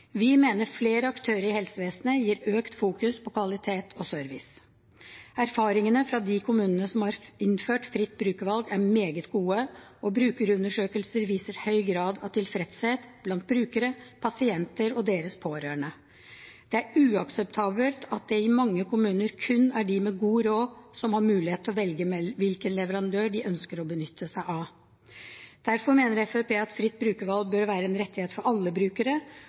Vi mener at flere aktører i helsevesenet gir økt fokus på kvalitet og service. Erfaringene fra de kommunene som har innført fritt brukervalg, er meget gode, og brukerundersøkelser viser høy grad av tilfredshet blant brukere, pasienter og deres pårørende. Det er uakseptabelt at det i mange kommuner kun er de med god råd som har mulighet til å velge hvilken leverandør de ønsker å benytte seg av. Derfor mener Fremskrittspartiet at fritt brukervalg bør være en rettighet for alle brukere,